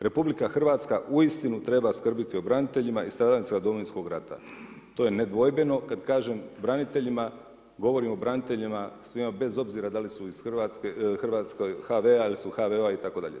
Republika Hrvatska uistinu treba skrbiti o braniteljima i stradalnicima Domovinskog rata to je nedvojbeno kad kažem braniteljima, govorim o braniteljima, svima bez obzira da li su iz HVA-a ili su HVO-a itd.